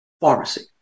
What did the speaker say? Pharmacy